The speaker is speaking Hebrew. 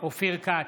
אופיר כץ,